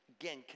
again